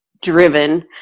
driven